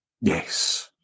Yes